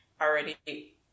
already